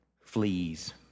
fleas